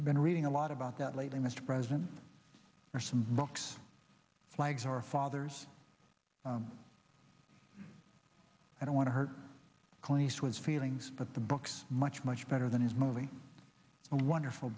been reading a lot about that lately mr president for some books flags of our fathers i don't want to hurt clint eastwood's feelings but the book's much much better than his movie a wonderful